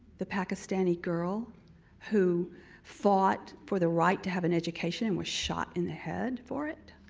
the pakastani girl who fought for the right to have an education and was shot in the head for it,